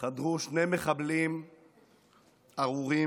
חדרו שני מחבלים ארורים,